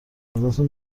ازتون